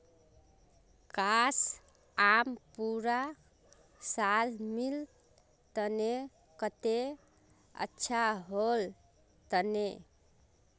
काश, आम पूरा साल मिल तने कत्ते अच्छा होल तने